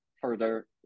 further